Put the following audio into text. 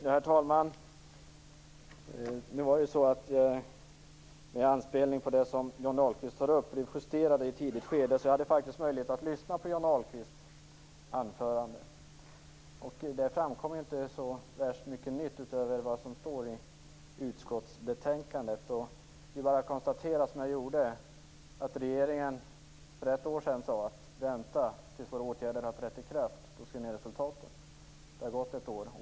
Herr talman! Med anspelning på det som Johnny Ahlqvist tar upp kan jag säga att jag blev justerad i ett tidigt skede och att jag faktiskt hade möjlighet att lyssna på Johnny Ahlqvists anförande. I det framkom inte så värst mycket nytt utöver vad som står i utskottsbetänkandet. Det är bara att konstatera, som jag gjorde, att regeringen för ett år sedan sade att vi skulle vänta tills deras åtgärder hade trätt i kraft. Då skulle vi se resultaten. Det har gått ett år.